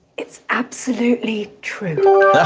it's absolutely true.